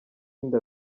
inda